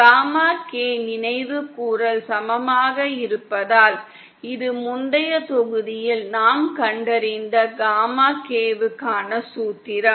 gamma K நினைவுகூரல் சமமாக இருப்பதால் இது முந்தைய தொகுதியில் நாம் கண்டறிந்த காமா Kவுக்கான சூத்திரம்